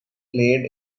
played